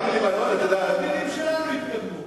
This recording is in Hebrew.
גם השכנים שלנו התקדמו.